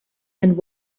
and